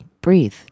Breathe